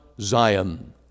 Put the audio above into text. Zion